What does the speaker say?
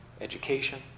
education